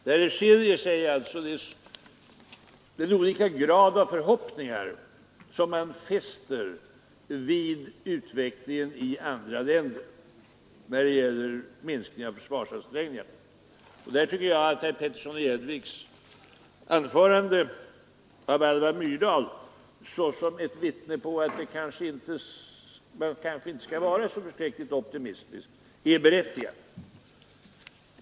Där det skiljer sig är den olika grad av förhoppningar som man fäster vid utvecklingen i andra länder när det gäller minskningen av försvarsansträngningarna. I det fallet tycker jag att herr Peterssons i Gäddvik hänvisning till Alva Myrdal såsom ett vittne på att man kanske inte skall vara så förskräckligt optimistisk är berättigad.